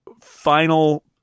final